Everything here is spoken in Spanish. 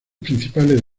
principales